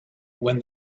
when